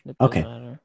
Okay